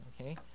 okay